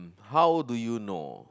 how do you know